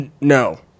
No